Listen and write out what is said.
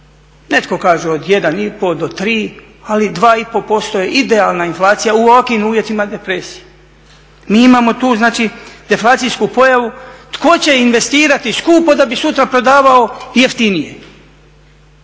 netko kaže od 1,5 do 3, ali 2,5% je idealna inflacija u ovakvim uvjetima depresije. Mi imamo tu znači deflacijsku pojavu tko će investirati skupo da bi sutra prodavao jeftinije